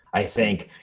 i think,